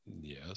Yes